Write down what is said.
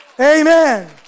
Amen